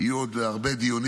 ויהיו עוד הרבה דיונים.